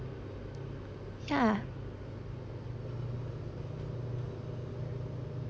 yeah